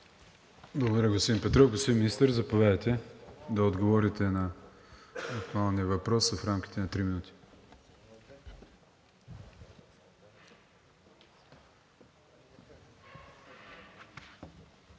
господин Петров. Господин Министър, заповядайте да отговорите на актуалния въпрос в рамките на три минути.